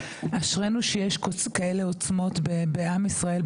אשרינו שיש כאלה עוצמות בעם ישראל,